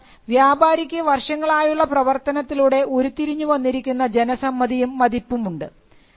കാരണം വ്യാപാരിക്ക് വർഷങ്ങളായുള്ള പ്രവർത്തനത്തിലൂടെ ഉരുത്തിരിഞ്ഞു വന്നിരിക്കുന്ന ജനസമ്മതിയും മതിപ്പും ഉണ്ട്